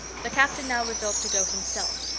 the captain now resolved to go himself,